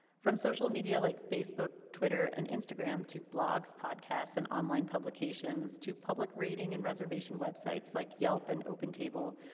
from social media like facebook, twitter, and instagram, to blogs, podcasts, and online publications, to public rating and reservation websites like yelp and opentable,